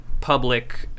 public